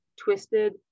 twisted